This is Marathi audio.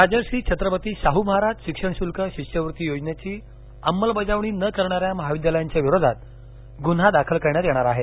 राजर्षी छत्रपती शाहू महाराज शिक्षण शुल्क शिष्यवृत्ती योजनेची अंमलबजावणी न करणाऱ्या महाविद्यालयांच्या विरोधात गुन्हा दाखल करण्यात येणार आहे